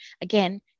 again